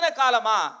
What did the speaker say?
kalama